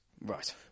Right